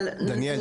אבל --- דניאל,